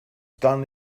done